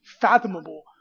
fathomable